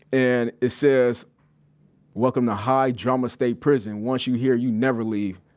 and it says welcome to high drama state prison. once you here, you never leave